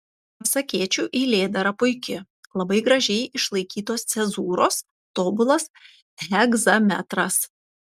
pasakėčių eilėdara puiki labai gražiai išlaikytos cezūros tobulas hegzametras